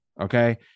okay